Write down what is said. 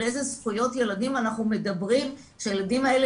על איזה זכויות ילדים אנחנו מדברים כשהילדים האלה